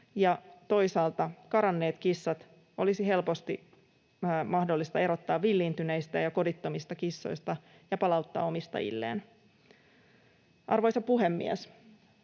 toisaalta karanneet kissat olisi mahdollista erottaa villiintyneistä ja kodittomista kissoista ja palauttaa omistajilleen. Arvoisa puhemies!